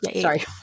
Sorry